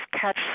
catch